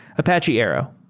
apache arrow?